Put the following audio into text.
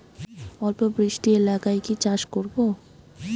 অল্প বৃষ্টি এলাকায় কি চাষ করব?